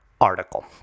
article